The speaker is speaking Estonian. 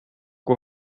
kui